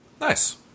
Nice